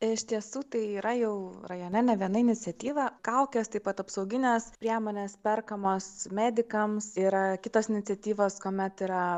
iš tiesų tai yra jau rajone ne viena iniciatyva kaukes taip pat apsaugines priemones perkamos medikams yra kitos iniciatyvos kuomet yra